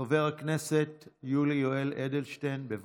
חבר הכנסת יולי יואל אדלשטיין, בבקשה.